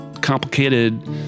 complicated